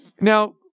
Now